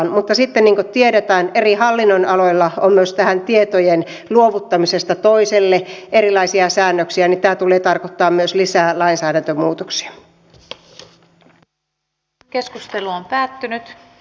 mutta sitten niin kuin tiedetään eri hallinnonaloilla on myös tietojen luovuttamisesta toiselle erilaisia säännöksiä mikä tulee tarkoittamaan myös lisää lainsäädäntömuutoksia